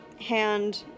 hand